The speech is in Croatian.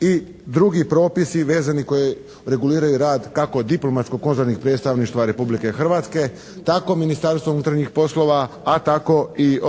i drugi propisi vezani koji reguliraju rad kako diplomatsko-konzularnih predstavništava Republike Hrvatske tako Ministarstvo unutarnjih poslova, a tako i